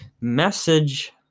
message